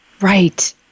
Right